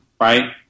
right